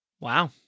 Wow